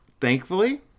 Thankfully